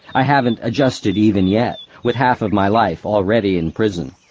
i haven't adjusted even yet, with half of my life already in prison.